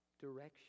direction